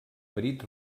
marit